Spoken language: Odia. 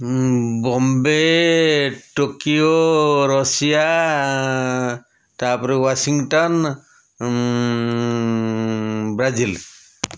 ବମ୍ବେ ଟୋକିଓ ଋଷିଆ ତା'ପରେ ୱାଶିଂଟନ ବ୍ରାଜିଲ୍